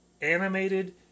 animated